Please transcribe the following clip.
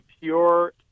pure